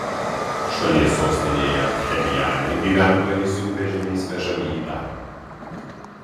šalies sostinėje pchenjane gyventojai sunkvežimiais vežami į darbą